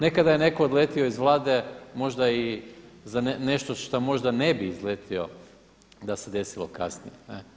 Nekada je netko odletio iz Vlade možda i za nešto šta možda ne bi izletio da se desilo kasnije.